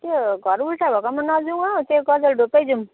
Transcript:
त्यो घर उल्टा भएकोमा नजाउँ हो गजलडुब्बा नै जाउँ